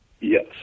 Yes